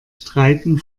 streiten